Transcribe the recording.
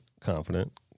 confident